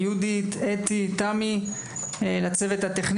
ליהודית, לאתי, לתמי, לצוות הטכני.